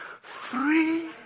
free